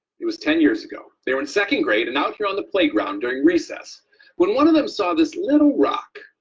it was ten years ago, they were in second grade and out here on the playground during recess when one of them saw this little rock.